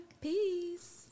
Peace